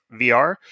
VR